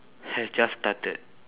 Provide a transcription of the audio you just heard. has just started